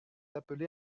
appelé